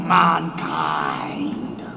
mankind